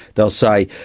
they'll say,